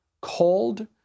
called